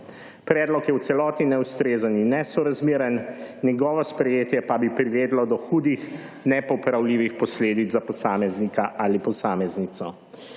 Predlog je v celoti ustrezen in nesorazmeren, njegovo sprejetje pa bi privedlo do hudih, nepopravljivih posledic za posameznika ali posameznico.